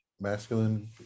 masculine